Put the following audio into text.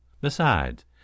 Besides